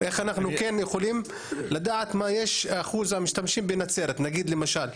איך אנחנו כן יכולים לדעת מה אחוז המשתמשים בנצרת למשל,